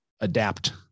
adapt